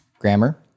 grammar